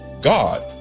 God